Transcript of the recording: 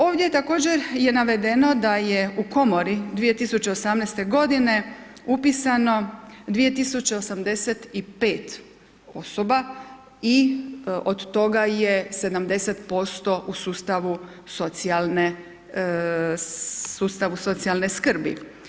Ovdje također je navedeno, da je u Komori, 2018. g. upisano 2085 osoba i od toga je 70% u sustavu socijalne skrbi.